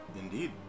Indeed